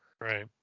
Right